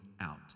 out